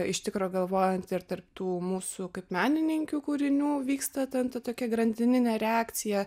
iš tikro galvojant ir tarp tų mūsų kaip menininkių kūrinių vyksta ten ta tokia grandininė reakcija